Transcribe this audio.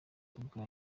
ubwa